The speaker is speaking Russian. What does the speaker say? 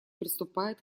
приступает